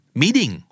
meeting